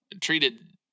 treated